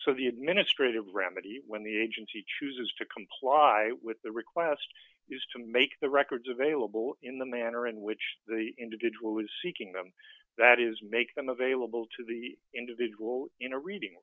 so the administrative remedy when the agency chooses to comply with the request is to make the records available in the manner in which the individual was d seeking them that is make them available to the individual in a reading